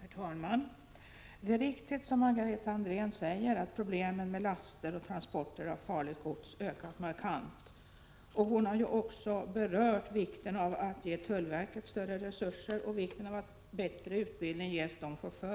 Herr talman! Med anledning av Margareta Andréns påstående vill jag säga att det är väldigt många människor som är involverade i det arbete som pågår i myndigheterna, mellan myndigheterna och även i regeringskansliet. Det är ingen som sitter med